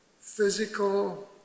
physical